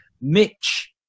Mitch